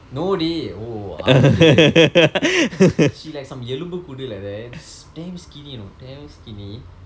no dey oh அது:athu she like some எலும்பு கூடு:elumbu kuudu like that damn skinny you know damn skinny